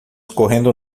correndo